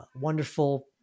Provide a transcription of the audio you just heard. wonderful